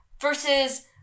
versus